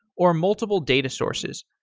or multiple data sources.